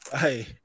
Hey